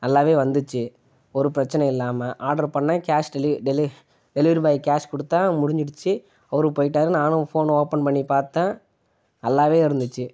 நல்லாவே வந்துச்சு ஒரு பிரச்சினையும் இல்லாமல் ஆர்டரு பண்ணிணேன் கேஷ் டெலி டெலி டெலிவரி பாய்க்கு கேஷ் கொடுத்தேன் முடிஞ்சுடுச்சு அவரும் போயிட்டார் நானும் ஃபோனை ஓப்பன் பண்ணி பார்த்தேன் நல்லாவே இருந்துச்சு